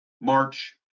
March